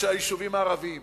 מאשר ביישובים הערביים,